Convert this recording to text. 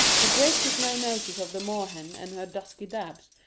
the drake took no notice of the moor-hen and her dusky dabs,